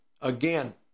again